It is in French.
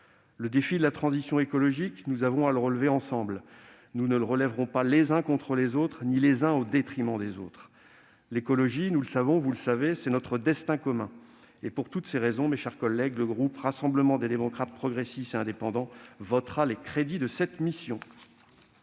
Le défi de la transition écologique, nous avons à le relever ensemble ; nous ne le relèverons pas les uns contre les autres, ni les uns au détriment des autres. L'écologie, c'est notre destin commun. Pour toutes ces raisons, mes chers collègues, le groupe Rassemblement des démocrates, progressistes et indépendants votera les crédits de cette mission.